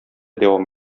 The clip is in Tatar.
дәвам